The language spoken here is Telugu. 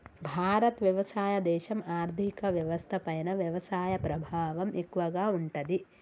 భారత్ వ్యవసాయ దేశం, ఆర్థిక వ్యవస్థ పైన వ్యవసాయ ప్రభావం ఎక్కువగా ఉంటది